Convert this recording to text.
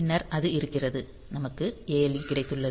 பின்னர் அது இருக்கிறது நமக்கு ALE கிடைத்துள்ளது